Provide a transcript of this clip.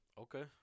Okay